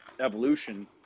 evolution